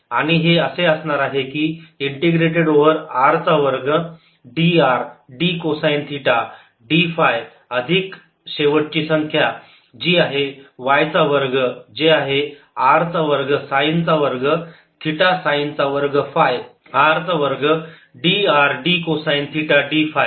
आणि हे असे असणार आहे की इंटिग्रेटेड ओवर r चा वर्ग d r d cosine theta d phi अधिक शेवटची संख्या जी आहे y चा वर्ग जे आहे r चा वर्ग साइन चा वर्ग थिटा साइन चा वर्ग फाय r चा वर्ग d r d cosine theta d five